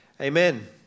Amen